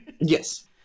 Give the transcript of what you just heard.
Yes